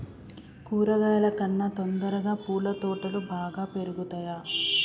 కూరగాయల కన్నా తొందరగా పూల తోటలు బాగా పెరుగుతయా?